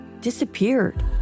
disappeared